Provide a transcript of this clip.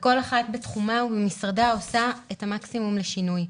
וכל אחת בתחומה ובמשרדה עושה את המקסימום לשינוי.